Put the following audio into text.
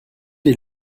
est